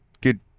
good